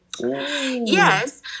yes